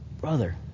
brother